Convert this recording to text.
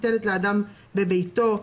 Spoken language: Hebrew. של שהות יומית או שירות שניתן לאדם בביתו.